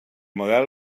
model